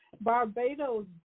Barbados